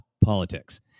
politics